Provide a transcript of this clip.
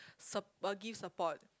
sup~ uh give support